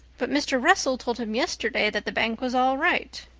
but mr. russell told him yesterday that the bank was all right.